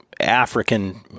african